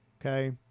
Okay